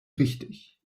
richtig